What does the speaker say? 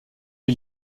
est